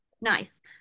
Nice